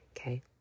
Okay